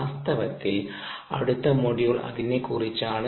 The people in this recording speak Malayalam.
വാസ്തവത്തിൽ അടുത്ത മൊഡ്യൂൾ അതിനെ കുറിച്ചാണ്